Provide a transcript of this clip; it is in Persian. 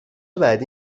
بعدی